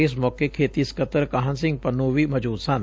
ਇਸ ਮੌਕੇ ਖੇਤੀ ਸਕੱਤਰ ਕਾਹਨ ਸਿੰਘ ਪੰਨੂੰ ਵੀ ਮੌਜੁਦ ਸਨ